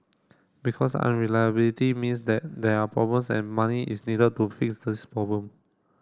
because unreliability means that there are problems and money is needed to fix these problem